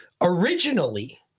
originally